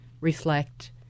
reflect